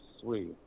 sweet